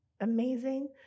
amazing